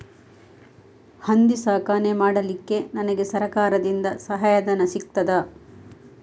ಹಂದಿ ಸಾಕಾಣಿಕೆ ಮಾಡಲಿಕ್ಕೆ ನನಗೆ ಸರಕಾರದಿಂದ ಸಹಾಯಧನ ಸಿಗುತ್ತದಾ?